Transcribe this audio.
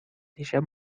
دیشب